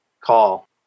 call